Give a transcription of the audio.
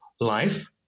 life